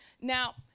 Now